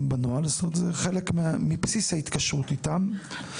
בנוהל; זה חלק מבסיס ההתקשרות איתם.